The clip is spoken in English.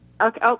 okay